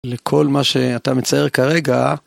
לכל מה שאתה מצייר כרגע.